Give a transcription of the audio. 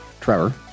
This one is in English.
Trevor